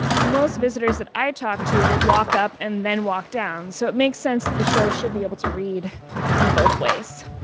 most visitors that i talk to walk up and then walk down. so it makes sense that the show should be able to read in both ways